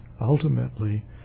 ultimately